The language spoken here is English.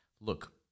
Look